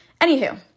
Anywho